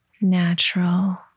natural